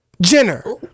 Jenner